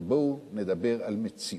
ובואו נדבר על מציאות.